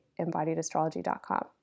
embodiedastrology.com